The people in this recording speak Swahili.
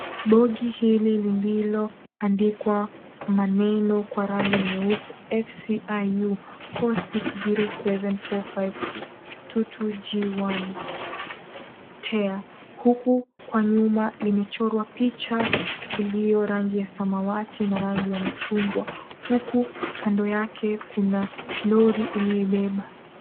Bogi hili lililoandikwa maneno kwa rangi nyeupe FCIU 460745622G1. Teal . Huku kwa nyuma limechorwa picha iliyo rangi ya samawati na rangi ya machungwa. Huku kando yake kuna lori iliyobeba.